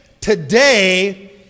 today